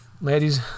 ladies